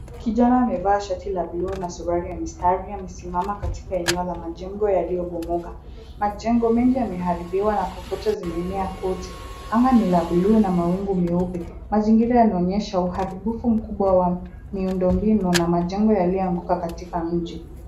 Kijana amevaa shati ya bluu na suruali ya mistari amesimama katika eneo ya majengo yaliyobomoka. Majengo mengi yameharibiwa na kokote zimeenea kote. Anga ni la bluu na mawingu meupe. Mazingira yanaonyesha uharibifu mkubwa wa miundo mbinu na majengo yaliyoanguka katika mji.